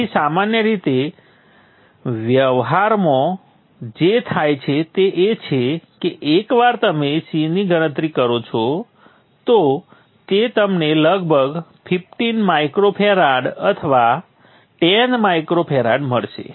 તેથી સામાન્ય રીતે વ્યવહારમાં જે થાય છે તે એ છે કે એકવાર તમે C ની ગણતરી કરો તો તે તમને લગભગ 15 μF અથવા 10 μF મળશે